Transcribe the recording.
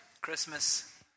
Christmas